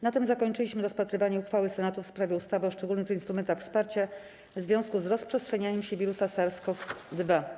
Na tym zakończyliśmy rozpatrywanie uchwały Senatu w sprawie ustawy o szczególnych instrumentach wsparcia w związku z rozprzestrzenianiem się wirusa SARS-CoV-2.